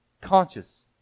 conscious